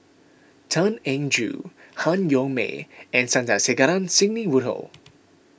Tan Eng Joo Han Yong May and Sandrasegaran Sidney Woodhull